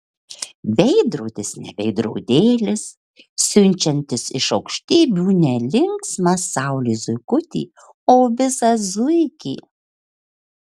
veidrodis ne veidrodėlis siunčiantis iš aukštybių ne linksmą saulės zuikutį o visą zuikį